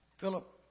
Philip